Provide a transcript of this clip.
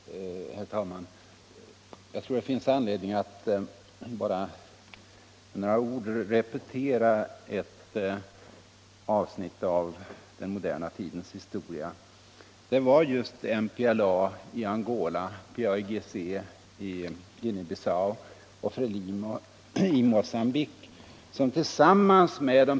Herr talman! Jag tror att det finns anledning att bara med några ord repetera ett avsnitt av den moderna tidens historia. Dessa rörelser fick materiell hjälp utifrån.